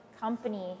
company